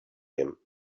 him